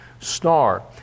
star